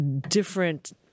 different